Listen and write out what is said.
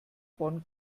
bonn